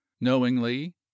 Knowingly